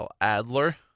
Adler